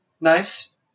nice